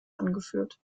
angeführt